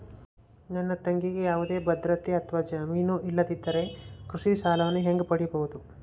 ನನ್ನ ತಂಗಿಗೆ ಯಾವುದೇ ಭದ್ರತೆ ಅಥವಾ ಜಾಮೇನು ಇಲ್ಲದಿದ್ದರೆ ಕೃಷಿ ಸಾಲವನ್ನು ಹೆಂಗ ಪಡಿಬಹುದು?